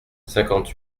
cinquante